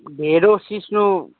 ढेँडो सिस्नु